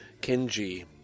Kenji